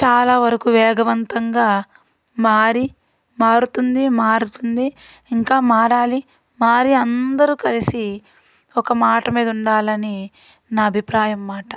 చాలా వరకు వేగవంతంగా మారి మారుతుంది మారుతుంది ఇంకా మారాలి మారి అందరూ కలిసి ఒక మాట మీద ఉండాలని నా అభిప్రాయం మాట